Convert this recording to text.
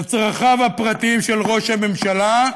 לצרכיו הפרטיים של ראש הממשלה,